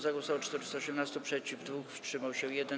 Za głosowało 418, przeciw - 2, wstrzymał się 1.